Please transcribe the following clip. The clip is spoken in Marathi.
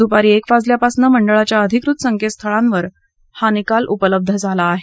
दुपारी एक वाजल्यापासून मंडळाच्या अधिकृत संकेतस्थळांवर हा सर्व निकाल उपलब्ध झाला आहे